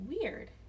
weird